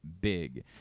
big